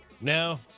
no